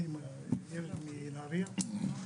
לאריה.